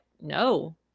no